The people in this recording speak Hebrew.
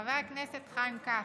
חבר הכנסת חיים כץ,